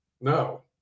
no